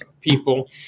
people